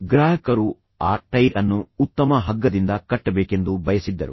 ಗ್ರಾಹಕರು ಆ ಟೈರ್ ಅನ್ನು ಉತ್ತಮ ಹಗ್ಗದಿಂದ ಕಟ್ಟಬೇಕೆಂದು ಬಯಸಿದ್ದರು